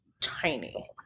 tiny